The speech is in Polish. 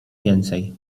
więcej